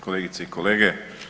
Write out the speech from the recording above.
Kolegice i kolege.